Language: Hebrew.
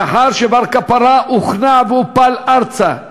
לאחר שבר קפרא הוכנע והופל ארצה,